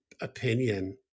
opinion